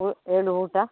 ಉ ಏಳು ಊಟ